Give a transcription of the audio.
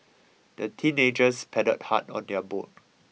the teenagers paddled hard on their boat